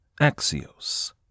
Axios